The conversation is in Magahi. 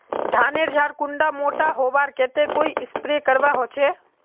धानेर झार कुंडा मोटा होबार केते कोई स्प्रे करवा होचए?